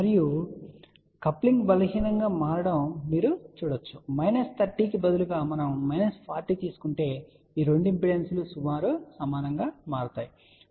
మరియు కప్లింగ్ బలహీనంగా మారడం మీరు చూడవచ్చుమైనస్ 30 కి బదులుగా మనం మైనస్ 40 తీసుకుంటే ఈ రెండు ఇంపెడెన్స్లు సుమారు సమానంగా మారుతాయని మీరు చూడవచ్చు